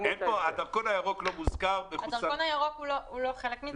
הדרכון הירוק לא מוזכר --- הדרכון הירוק הוא לא חלק מזה,